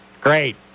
Great